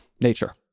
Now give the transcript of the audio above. nature